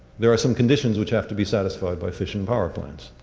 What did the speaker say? there are some conditions which have to be satisfied by fission power plants.